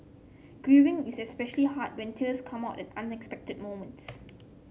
grieving is especially hard when tears come out at unexpected moments